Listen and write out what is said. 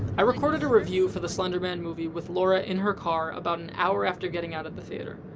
i recorded a review for the slender man movie with laura, in her car, about an hour after getting out of the theater.